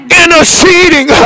interceding